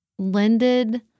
lended